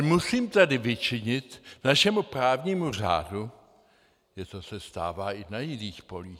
Musím ale tady vyčinit našemu právnímu řádu, že to se stává i na jiných polích.